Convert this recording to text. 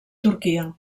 turquia